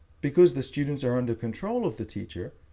because the students are under control of the teacher,